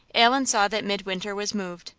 allan saw that midwinter was moved.